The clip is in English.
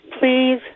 please